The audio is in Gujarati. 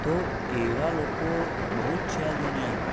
તો એવા લોકો બહુ જ છે આ દુનિયામાં